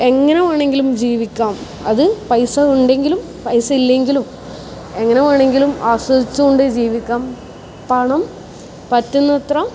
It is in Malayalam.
എങ്ങനെ വേണമെങ്കിലും ജീവിക്കാം അത് പൈസ ഉണ്ടെങ്കിലും പൈസ ഇല്ലെങ്കിലും എങ്ങനെ വേണമെങ്കിലും ആസ്വദിച്ച് കൊണ്ട് ജീവിക്കാം പണം പറ്റുന്നത്ര